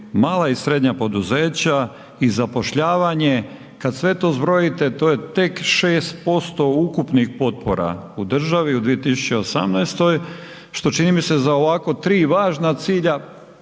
mala i srednja poduzeća i zapošljavanje, kad sve to zbrojite, to eje tek 6% ukupnih potpora u državi u 2018., što čini mi se za ovako 3 važna cilja,